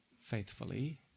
faithfully